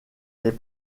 les